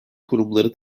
kurumları